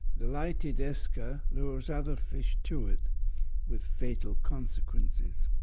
the lighted esca lures other fish to it with fatal consequences.